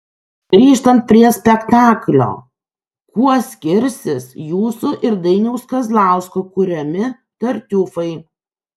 grįžtant prie spektaklio kuo skirsis jūsų ir dainiaus kazlausko kuriami tartiufai